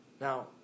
Now